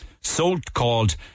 so-called